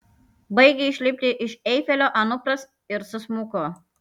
baigė išlipti iš eifelio anupras ir susmuko